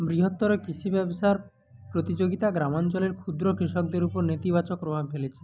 বৃহত্তর কৃষি ব্যবসার প্রতিযোগিতা গ্রামাঞ্চলের ক্ষুদ্র কৃষকদের উপর নেতিবাচক প্রভাব ফেলেছে